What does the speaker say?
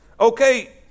Okay